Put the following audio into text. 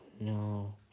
no